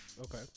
Okay